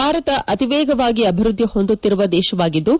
ಭಾರತ ಅತಿ ವೇಗವಾಗಿ ಅಭಿವೃದ್ದಿ ಹೊಂದುತ್ತಿರುವ ದೇಶವಾಗಿದ್ದು